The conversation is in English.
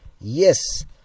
Yes